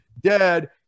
dead